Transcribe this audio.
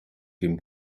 dem